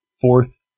fourth